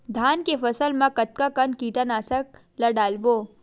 धान के फसल मा कतका कन कीटनाशक ला डलबो?